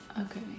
Okay